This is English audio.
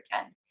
again